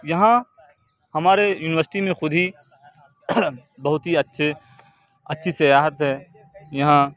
یہاں ہمارے یونیورسٹی میں خود ہی بہت ہی اچھے اچھی سیاحت ہے یہاں